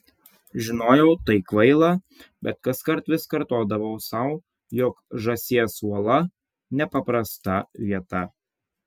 žinojau tai kvaila bet kaskart vis kartodavau sau jog žąsies uola nepaprasta vieta